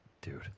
Dude